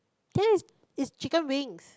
this is chicken wings